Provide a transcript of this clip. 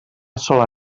sola